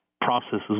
processes